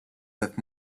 that